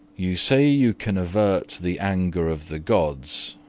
you say you can avert the anger of the gods.